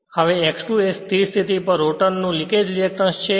હવે X 2 એ સ્થિર સ્થિતિ પર રોટર નો લીકેજ રેએકટન્સ છે